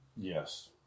Yes